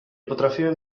potrafiłem